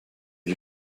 you